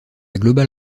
global